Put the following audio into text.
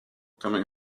coming